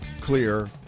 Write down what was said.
clear